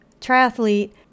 triathlete